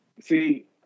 See